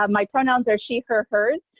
um my pronouns are she her hers.